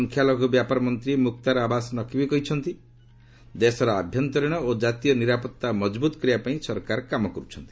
ସଂଖ୍ୟାଲଘୁ ବ୍ୟାପାର ମନ୍ତ୍ରୀ ମୁକ୍ତାର ଆବାସ୍ ନକ୍ବି କହିଛନ୍ତି ଦେଶର ଆଭ୍ୟନ୍ତରୀଣ ଓ ଜାତୀୟ ନିରାପତ୍ତା ମଜବୁତ କରିବା ପାଇଁ ସରକାର କାମ କର୍ଚ୍ଛନ୍ତି